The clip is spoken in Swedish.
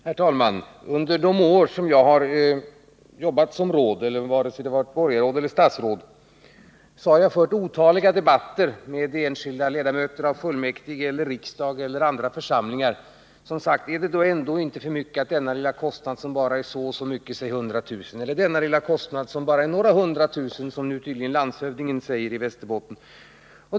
Herr talman! Under den tid då jag har varit borgarråd eller statsråd har jag fört otaliga debatter med enskilda ledamöter av fullmäktige, riksdag och andra församlingar. De har talat om ”denna lilla kostnad” — bara hundratusen eller några hundratusen, som tydligen landshövdingen i Västerbotten säger.